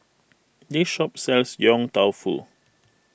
this shop sells Yong Tau Foo